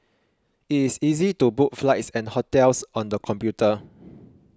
it is easy to book flights and hotels on the computer